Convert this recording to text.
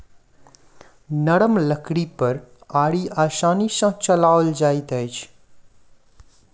नरम लकड़ी पर आरी आसानी सॅ चलाओल जाइत अछि